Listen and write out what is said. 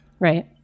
Right